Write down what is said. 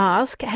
ask